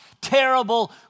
terrible